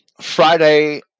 Friday